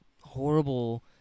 horrible